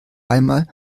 einmal